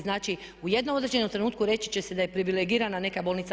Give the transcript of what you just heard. Znači, u jednom određenom trenutku reći će se da je privilegirana neka bolnica.